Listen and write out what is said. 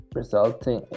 resulting